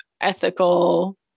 ethical